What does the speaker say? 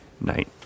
night